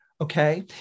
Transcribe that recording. okay